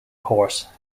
horse